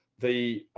the